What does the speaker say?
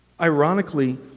Ironically